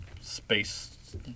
space